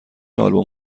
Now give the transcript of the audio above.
آلبوم